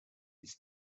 it’s